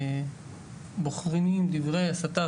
שבוחנים דברי הסתה,